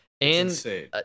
Insane